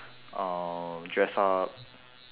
um dress up